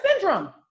syndrome